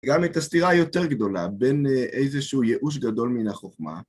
גם את הסתירה היותר גדולה, בין איזשהו ייאוש גדול מן החוכמה.